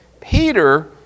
Peter